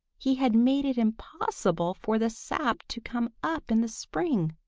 he had made it impossible for the sap to come up in the spring.